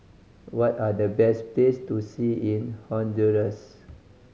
what are the best place to see in Honduras